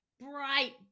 bright